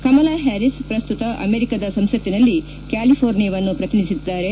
Kamala Harris ಪ್ರಸ್ತುತ ಅಮೆರಿಕದ ಸಂಸತ್ತಿನಲ್ಲಿ ಕ್ಕಾಲಿಘೋರ್ನಿಯಾವನ್ನು ಪ್ರತಿನಿಧಿಸಿದ್ದಾರೆ